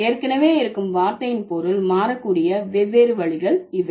ஏற்கனவே இருக்கும் வார்த்தையின் பொருள் மாறக்கூடிய வெவ்வேறு வழிகள் இவை